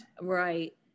Right